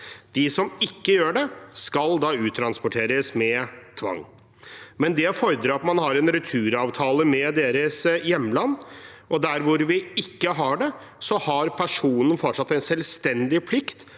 De som ikke gjør det, skal da uttransporteres med tvang. Det fordrer at man har en returavtale med deres hjemland. Der hvor vi ikke har det, har personen fortsatt en selvstendig plikt